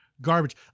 garbage